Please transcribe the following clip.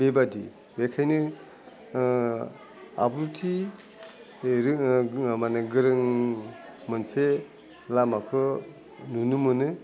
बेबादि बेखायनो आब्रुथि बे रोङो माने गोरों मोनसे लामाखौ नुनो मोनो